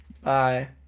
Bye